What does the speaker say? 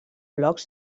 blocs